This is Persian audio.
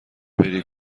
بری